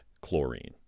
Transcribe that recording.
chlorine